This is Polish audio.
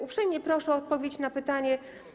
Uprzejmie proszę o odpowiedź na pytanie: